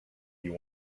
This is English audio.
you